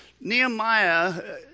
Nehemiah